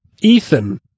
Ethan